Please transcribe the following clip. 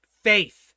faith